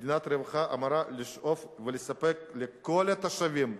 מדינת רווחה אמורה לשאוף לספק לכל התושבים,